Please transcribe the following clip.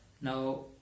now